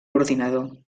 ordinador